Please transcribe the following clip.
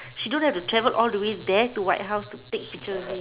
she don't have to travel all the way there to white house to take picture with him